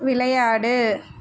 விளையாடு